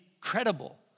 credible